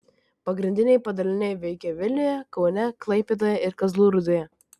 pagrindiniai padaliniai veikia vilniuje kaune klaipėdoje ir kazlų rūdoje